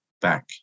back